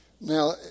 Now